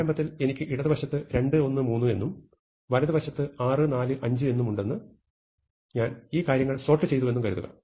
ആരംഭത്തിൽ എനിക്ക് ഇടത് വശത്ത് 2 1 3 എന്നും വലതുവശത്ത് 6 4 5 എന്നും ഉണ്ടെന്നും ഞാൻ ഈ കാര്യങ്ങൾ സോർട്ട് ചെയ്തുവെന്നും കരുതുക